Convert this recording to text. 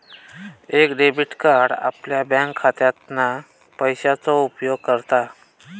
एक debit card आपल्या बँकखात्यातना पैशाचो उपयोग करता